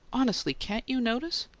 honestly, can't you notice?